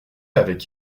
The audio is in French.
avec